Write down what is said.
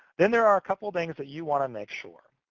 then there are a couple things that you want to make sure.